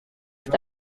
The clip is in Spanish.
está